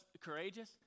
courageous